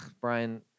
Brian